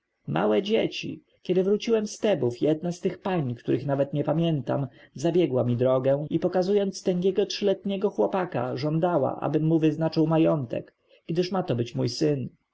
małe dzieci kiedy wróciłem z tebów jedna z tych pań której nawet nie pamiętam zabiegła mi drogę i pokazując tęgiego trzyletniego chłopaka żądała abym mu wyznaczył majątek gdyż ma to być mój syn